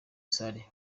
salle